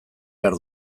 behar